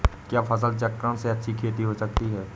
क्या फसल चक्रण से अच्छी खेती हो सकती है?